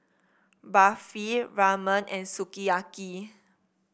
Barfi Ramen and Sukiyaki